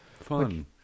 fun